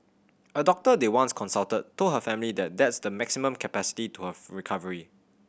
a doctor they once consulted told her family that that's the maximum capacity to her recovery